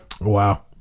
Wow